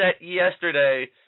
yesterday